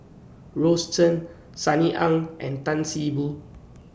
Rose Chan Sunny Ang and Tan See Boo